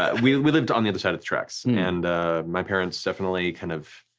ah we we lived on the other side of the tracks, and my parents definitely kind of